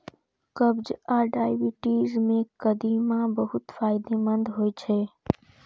कब्ज आ डायबिटीज मे कदीमा बहुत फायदेमंद होइ छै